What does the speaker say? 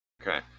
Okay